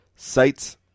sites